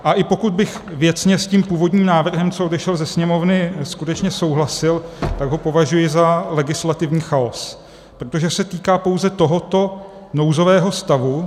A i pokud bych věcně s tím původním návrhem, co vyšel ze Sněmovny, skutečně souhlasil, tak ho považuji za legislativní chaos, protože se týká pouze tohoto nouzového stavu.